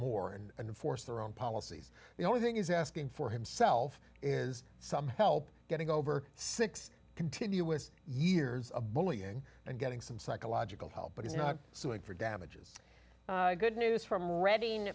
more and force their own policies the only thing he's asking for himself is some help getting over six continuous years of bullying and getting some psychological help but he's not suing for damages good news from reading